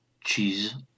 cheese